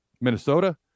Minnesota